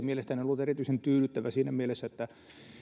mielestäni ollut erityisen tyydyttävä siinä mielessä että